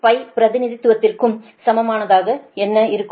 எனவே பிரதிநிதித்துவதிற்க்கு சமமானதாக என்ன இருக்கும்